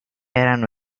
erano